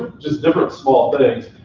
just different small things.